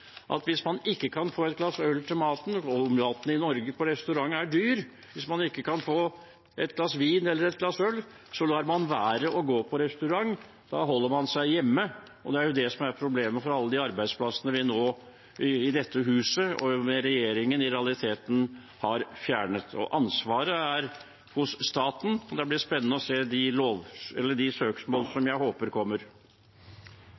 at hvis man ikke kan få et glass vin eller øl til maten, og maten på restaurant er dyr i Norge, lar man være å gå på restaurant. Da holder man seg hjemme. Det er jo det som er problemet for alle arbeidsplassene vi i dette huset og med regjeringen nå i realiteten har fjernet. Ansvaret er hos staten. Det blir spennende å se de